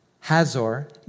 Hazor